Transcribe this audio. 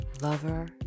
lover